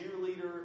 cheerleader